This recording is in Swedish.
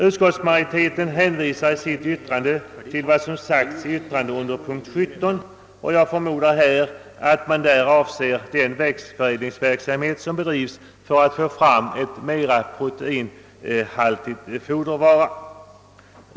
Utskottets majoritet hänvisar i sitt yttrande till vad som sagts i utlåtandet under punkten 17 beträffande anslag till Sveriges utsädesförening. Jag förmodar att man med detta avser den växtförädlingsverksamhet som bedrivs för att få fram en mer proteinhaltig fodervara.